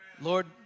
Lord